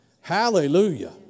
Hallelujah